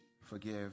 forgive